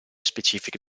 specifiche